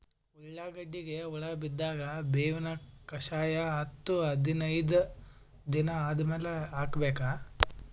ಉಳ್ಳಾಗಡ್ಡಿಗೆ ಹುಳ ಬಿದ್ದಾಗ ಬೇವಿನ ಕಷಾಯ ಹತ್ತು ಹದಿನೈದ ದಿನ ಆದಮೇಲೆ ಹಾಕಬೇಕ?